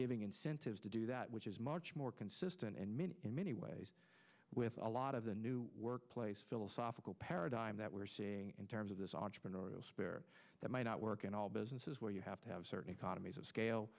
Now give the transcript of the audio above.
giving incentives to do that which is much more consistent and in many ways with a lot of the new workplace philosophical paradigm that we're seeing in terms of this entrepreneurial spirit that might not work in all businesses where you have to have certain economies of scale